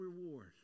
reward